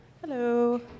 Hello